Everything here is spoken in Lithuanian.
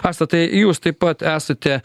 asta tai jūs taip pat esate